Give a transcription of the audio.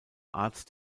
arzt